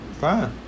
Fine